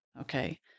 Okay